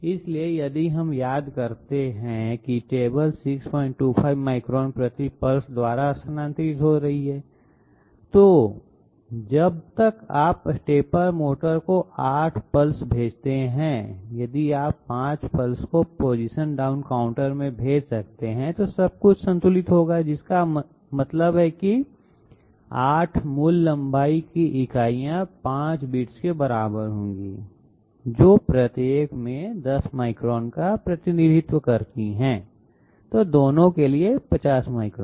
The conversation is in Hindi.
इसलिए यदि हम याद करते हैं कि टेबल 625 माइक्रोन प्रति पल्स द्वारा स्थानांतरित हो रही है तो जब तक आप स्टेपर मोटर को 8 पल्स को भेजते हैं यदि आप 5 पल्स को पोजीशन डाउन काउंटर में भेज सकते हैं तो सब कुछ संतुलित होगा जिसका मतलब है कि 8 मूल लंबाई की इकाइयां 5 बिट्स के बराबर होंगी जो प्रत्येक में 10 माइक्रोन को रिप्रेजेंट करती है दोनों के लिए 50 माइक्रोन